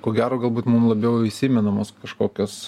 ko gero galbūt mum labiau įsimenamos kažkokios